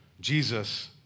Jesus